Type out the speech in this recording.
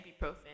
ibuprofen